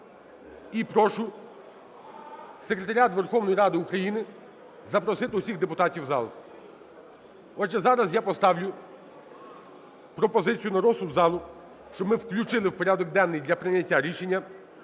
і прошу секретаріат Верховної Ради України запросити всіх депутатів в зал. Отже, зараз я поставлю пропозицію на розсуд залу, щоб ми включили в порядок денний для прийняття рішення